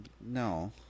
No